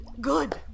good